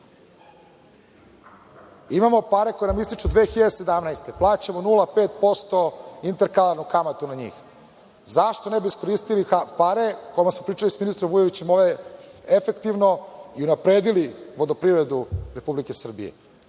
pare koje nam ističu 2017. godine. Plaćamo 0,5% interkalarnu kamatu na njih. Zašto ne bi iskoristili te pare, odnosno pričali sa ministrom Vujovićem, ovo je efektivno, i unapredili vodoprivredu Republike Srbije?